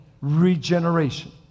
Regeneration